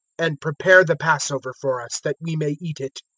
and prepare the passover for us, that we may eat it.